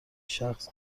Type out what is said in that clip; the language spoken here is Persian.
شخص